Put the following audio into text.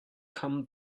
come